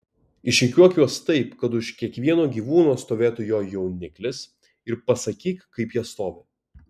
išrikiuok juos taip kad už kiekvieno gyvūno stovėtų jo jauniklis ir pasakyk kaip jie stovi